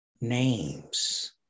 names